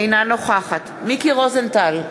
אינה נוכחת מיקי רוזנטל,